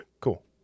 Cool